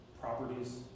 properties